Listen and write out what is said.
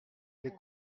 les